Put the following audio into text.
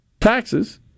taxes